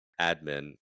admin